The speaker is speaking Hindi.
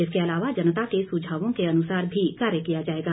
इसके अलावा जनता के सुझावों के अनुसार भी कार्य किया जाएगा